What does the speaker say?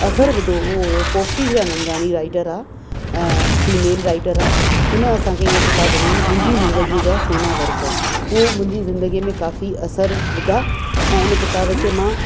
असरु विधो हुओ उहो हूअ पोपटी हीरानंदाणी राईटर आहे फ़ीमेल राईटर आहे हुन असांखे इअं ॾिनी मुंहिंजी ज़िंदगीअ जा सोना वर्क उहो मुंहिंजी ज़िंदगीअ में काफ़ी असरु विधा ऐं हिन किताब खे मां